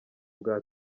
bwa